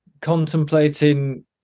contemplating